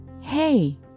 hey